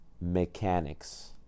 mechanics